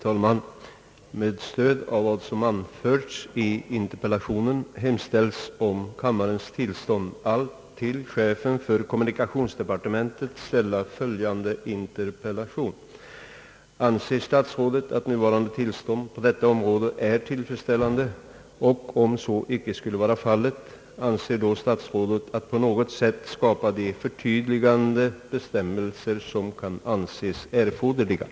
»Anser Herr Statsrådet och chefen för socialdepartementet att belysningsförhållandena vid i synnerhet sociala institutioner för åldringar och synsvaga i allmänhet är tillfredsställande? Om så icke är förhållandet vad avser Herr Statsrådet vidtaga för åtgärder?»; samt